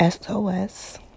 SOS